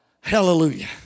Hallelujah